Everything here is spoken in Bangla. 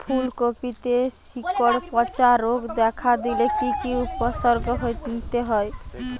ফুলকপিতে শিকড় পচা রোগ দেখা দিলে কি কি উপসর্গ নিতে হয়?